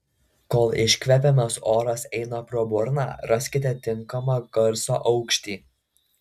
kol iškvepiamas oras eina pro burną raskite tinkamą garso aukštį